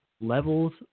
levels